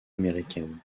américaine